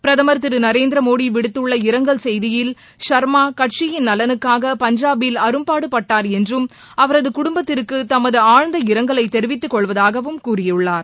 பிரதமர் திரு நரேந்திர மோடி விடுத்துள்ள இரங்கல் செய்தியில் சர்மா கட்சியின் நலனுக்காக பஞ்சாபில் அரும்பாடுபட்டார் என்றும் அவரது குடும்பத்திற்கு தமது ஆழ்ந்த இரங்கலை தெரிவித்துக்கொள்வதாகவும் கூறியுள்ளார்